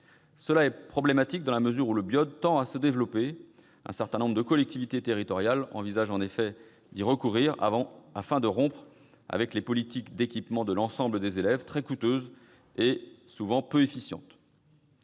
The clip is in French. Cela est problématique, dans la mesure où le BYOD tend à se développer. Un certain nombre de collectivités territoriales envisagent en effet d'y recourir, afin de rompre avec les politiques d'équipement de l'ensemble des élèves, très coûteuses et souvent peu efficientes.